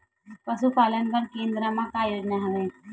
पशुपालन बर केन्द्र म का योजना हवे?